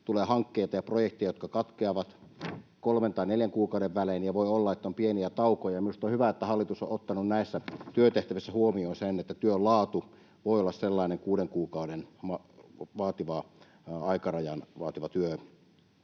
tulee hankkeita ja projekteja, jotka katkeavat kolmen tai neljän kuukauden välein, ja voi olla, että on pieniä taukoja. Minusta on hyvä, että hallitus on ottanut näissä työtehtävissä huomioon sen, että työn laatu voi olla sellaista kuuden kuukauden aikarajaa vaativaa työtä.